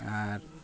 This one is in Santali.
ᱟᱨ